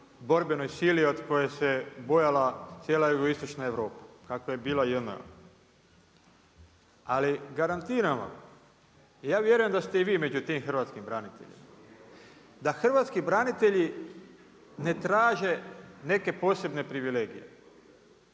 borbenoj sili od koje se bojala cijela Jugoistočna Europa kava je bila JNA. Ali garantiram vam, ja vjerujem da ste i vi među tim hrvatskim braniteljima, da hrvatski branitelji ne traže neke posebne privilegije,